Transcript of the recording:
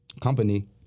company